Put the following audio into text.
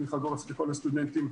תמיכה גורפת לכל הסטודנטים,